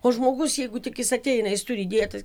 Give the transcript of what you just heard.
o žmogus jeigu tik jis ateina jis turi įdėją tai